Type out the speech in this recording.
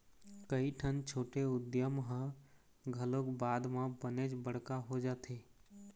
कइठन छोटे उद्यम ह घलोक बाद म बनेच बड़का हो जाथे